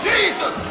Jesus